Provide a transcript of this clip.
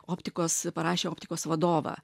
optikos parašė optikos vadovą